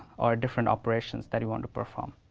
or different operations that you want to perform.